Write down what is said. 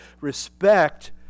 respect